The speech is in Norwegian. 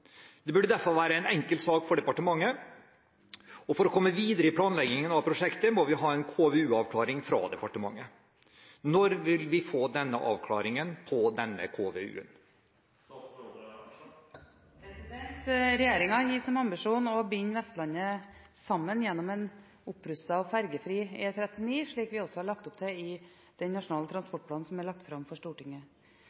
burde derfor være en enkel sak for departementet. For å komme videre i planleggingen av prosjektet må vi ha en KVU-avklaring herfra. Når vil vi få en avklaring på denne KVU-en?» Regjeringen har som ambisjon å binde Vestlandet sammen gjennom en opprustet og fergefri E39, slik vi også har lagt opp til i den nasjonale